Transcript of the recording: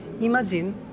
Imagine